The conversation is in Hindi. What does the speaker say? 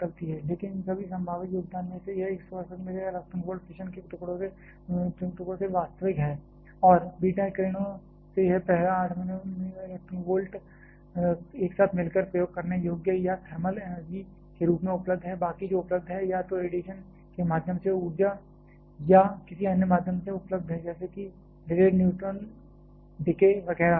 लेकिन इन सभी संभावित योगदान में से यह 168 MeV फिशन के टुकड़ों से वास्तविक है और बीटा किरणों से यह पहला 8 MeV एक साथ मिलकर प्रयोग करने योग्य या थर्मल एनर्जी के रूप में उपलब्ध है बाकी जो उपलब्ध है या तो रेडिएशन के माध्यम से ऊर्जा या किसी अन्य माध्यम से उपलब्ध है जैसे कि डिलेड न्यूट्रॉन डीके वगैरह से